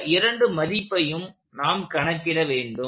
இந்த இரண்டு மதிப்பையும் நாம் கணக்கிட வேண்டும்